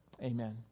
Amen